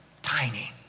tiny